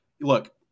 look